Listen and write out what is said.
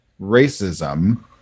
racism